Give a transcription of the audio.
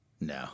No